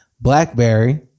BlackBerry